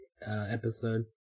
episode